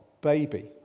baby